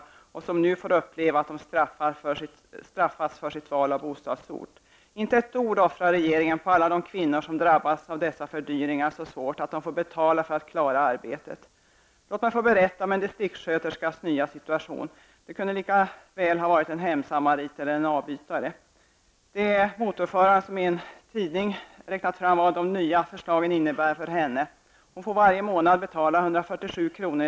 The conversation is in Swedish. Nu får de i stället uppleva att de straffas för sitt val av bostadsort. Inte ett ord offrar regeringen på alla de kvinnor som så svårt drabbas av fördyringarna att de får betala för att klara arbetet. Låt mig få berätta om en distriktssköterskas nya situation. Det kunde lika gärna ha varit en hemsamarit eller en avbytare. Det är motorförarna som i en tidning har räknat fram vad de nya förslagen innebär för distriktssköterskan. Hon får varje månad betala 147 kr.